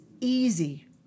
easy